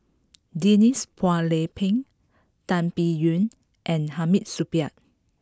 Denise Phua Lay Peng Tan Biyun and Hamid Supaat